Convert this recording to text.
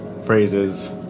phrases